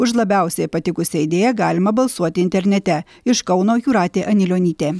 už labiausiai patikusią idėją galima balsuoti internete iš kauno jūratė anilionytė